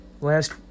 last